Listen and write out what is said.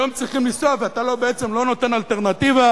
היום צריכים לנסוע, ואתה בעצם לא נותן אלטרנטיבה.